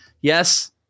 Yes